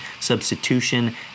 substitution